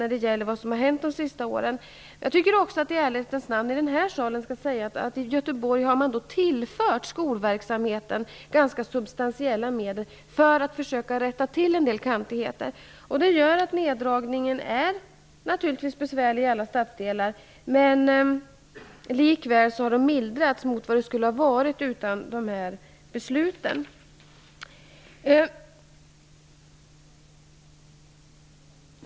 Jag tycker också att det i den här salen, i ärlighetens namn, skall sägas att man i Göteborg har tillfört skolverksamheten ganska substantiella medel för att komma till rätta med en del kantigheter. Det gör naturligtvis att neddragningen är besvärlig i alla stadsdelar. Likväl har neddragningen mildrats genom fattade beslut.